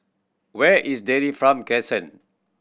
where is Dairy Farm Crescent